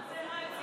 מה זה רצית?